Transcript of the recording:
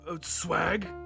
swag